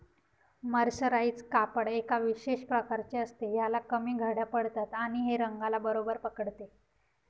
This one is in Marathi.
मर्सराइज कापड एका विशेष प्रकारचे असते, ह्याला कमी घड्या पडतात आणि हे रंगाला बरोबर पकडते